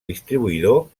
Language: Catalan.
distribuïdor